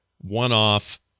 one-off